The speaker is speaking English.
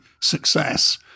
success